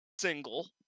single